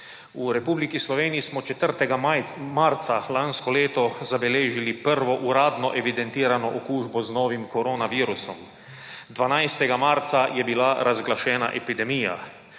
V Republiki Sloveniji smo 4. marca lansko leto zabeležili prvo uradno evidentirano okužbo z novim korona virusom. 12. marca je bila razglašena epidemija,